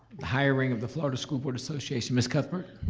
hiring of the florida school board association, miss cuthbert?